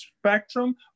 spectrum